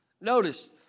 Notice